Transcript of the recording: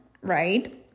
right